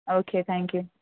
okay thank you